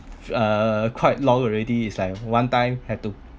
uh quite long already is like one time had to